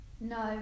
No